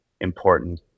important